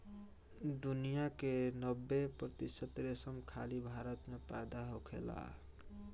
दुनिया के नब्बे प्रतिशत रेशम खाली भारत में पैदा होखेला